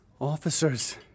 Officers